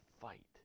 fight